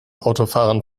autofahrern